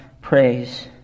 praise